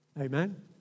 Amen